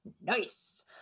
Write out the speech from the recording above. Nice